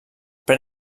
pren